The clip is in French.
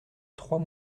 trois